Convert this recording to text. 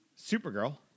Supergirl